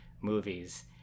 movies